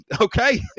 Okay